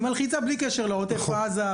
היא מלחיצה בלי קשר לעוטף עזה,